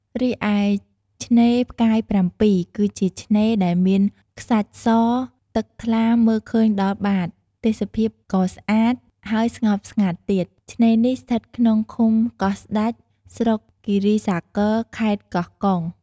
រីឯឆ្នេរផ្កាយ៧ គឺជាឆ្នេរដែលមានខ្សាច់ស ទឹកថ្លាមើលឃើញដល់បាត ទេសភាពក៏ស្អាត ហើយស្ងប់ស្ងាត់ទៀត ឆ្នេរនេះស្ថិតក្នុងឃុំកោះស្តេច ស្រុកគីរីសាគរ ខេត្តកោះកុង។